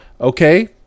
okay